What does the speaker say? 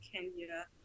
kenya